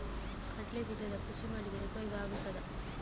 ಕಡ್ಲೆ ಬೀಜದ ಕೃಷಿ ಮಾಡಿದರೆ ಉಪಯೋಗ ಆಗುತ್ತದಾ?